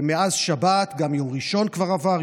ומאז שבת גם יום ראשון כבר עבר,